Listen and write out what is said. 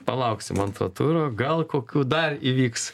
palauksim antro turo gal kokių dar įvyks